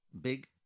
big